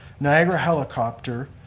niagara helicopter,